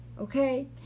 okay